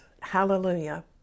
hallelujah